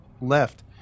left